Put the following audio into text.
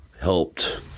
helped